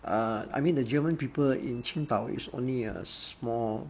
uh I mean the german people in 青岛 is only a small